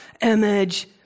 image